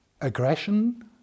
aggression